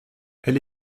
elle